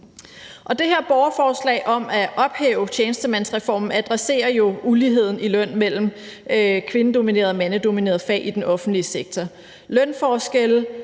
det her borgerforslag om at ophæve tjenestemandsreformen adresserer jo uligheden i lønnen mellem kvindedominerede og mandedominerede fag i den offentlige sektor. Lønforskellene